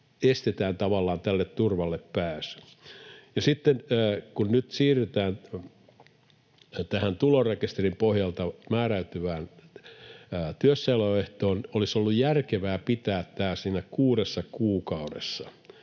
estetään tavallaan tälle turvalle pääsy. Sitten kun nyt siirrytään tähän tulorekisterin pohjalta määräytyvään työssäoloehtoon, olisi ollut järkevää pitää tämä siinä kuudessa kuukaudessa.